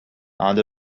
and